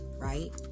right